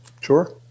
Sure